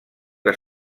que